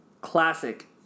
classic